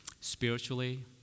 spiritually